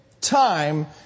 time